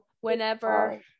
whenever